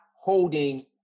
holding